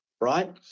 right